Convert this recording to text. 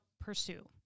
pursue